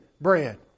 bread